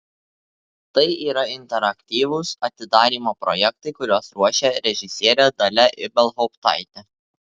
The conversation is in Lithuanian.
tai yra interaktyvūs atidarymo projektai kuriuos ruošia režisierė dalia ibelhauptaitė